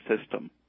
system